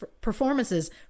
performances